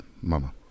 mama